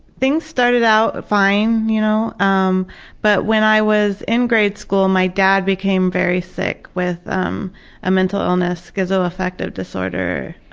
things started out fine. you know um but when i was in grade school, my dad became very sick with um a mental illness, schizoaffective disorder,